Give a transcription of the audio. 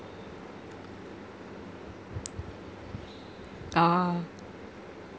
oh